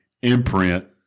Imprint